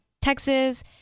Texas